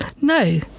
no